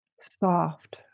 soft